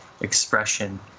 expression